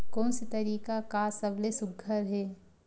कोन से तरीका का सबले सुघ्घर हे?